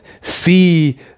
see